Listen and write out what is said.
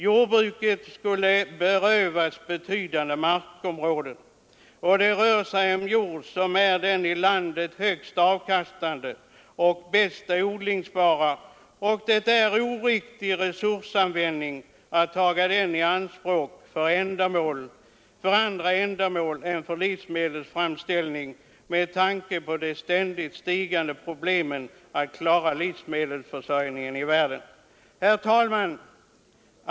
Jordbruket skulle berövas betydande markområden. Det rör sig om jord som är den i landet högst avkastande och mest odlingsbara. Det är en oriktig resursanvändning att ta den i anspråk för andra ändamål än livsmedelsframställning med tanke på de ständigt stigande problemen när det gäller att klara livsmedelsförsörjningen i världen. Herr talman!